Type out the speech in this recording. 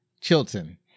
Chilton